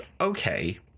okay